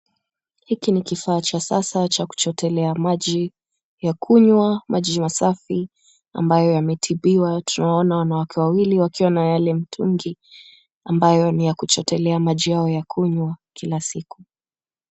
Hiki ni kifaa cha kisasa cha kuchotelea maji ya kunywa, maji masafi ambayo yametibiwa. Tunaona wanawake wawili wakiwa na yale mtungi ambayo ni ya kuchotelea maji ya ambayo ni ya kunywa kila siku.